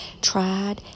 tried